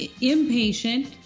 impatient